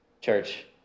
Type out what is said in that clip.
Church